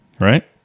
right